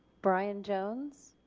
brian jones.